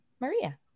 Maria